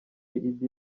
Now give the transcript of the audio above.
idi